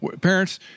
parents